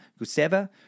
Guseva